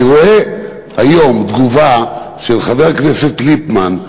אני רואה היום תגובה של חבר כנסת ליפמן,